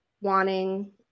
wanting